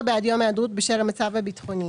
בעד יום היעדרות בשל המצב הביטחוני,